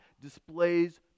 displays